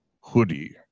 hoodie